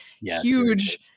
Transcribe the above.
huge